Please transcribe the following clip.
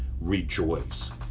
rejoice